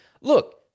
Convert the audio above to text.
Look